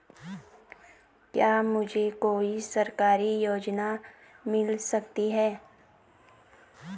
क्या मुझे कोई सरकारी योजना मिल सकती है?